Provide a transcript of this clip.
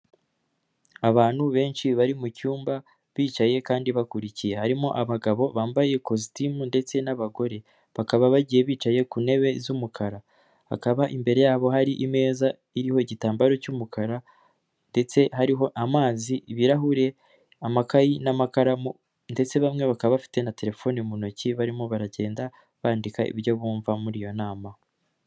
Abantu benshi bari mu cyumba bicaye kandi bakurikiye. Harimo abagabo bambaye ikositimu ndetse n'abagore. Bakaba bagiye bicaye ku ntebe z'umukara bakaba imbere yabo hari imeza iriho igitambaro cy'umukara ndetse hariho amazi, ibirahure, amakayi n'amakaramu, ndetse bamwe bakaba bafite na telefone mu ntoki barimo baragenda bandika ibyo bumva muri iyo nama.